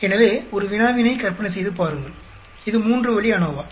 எனவே ஒரு வினாவினை கற்பனை செய்து பாருங்கள் இது மூன்று வழி அநோவா